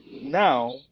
now